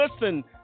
listen